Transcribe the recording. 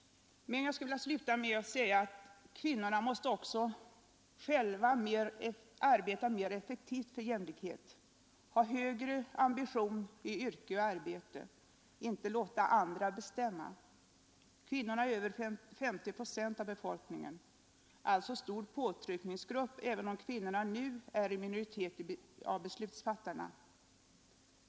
Men jag skulle vilja sluta med att säga att kvinnorna också måste arbeta själva mera effektivt för jämlikhet, ha högre ambition i yrke och arbete, inte låta andra bestämma. Kvinnorna är över 50 procent av befolkningen och alltså en stor påtryckningsgrupp, även om kvinnorna nu är i minoritet bland beslutsfattarna.